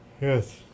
Yes